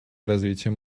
развитием